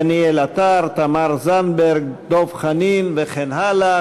דניאל עטר, תמר זנדברג, דב חנין וכן הלאה.